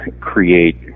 create